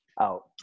out